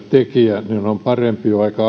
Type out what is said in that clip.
tekijä työnantajalle on parempi jo aika